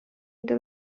into